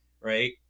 right